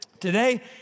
today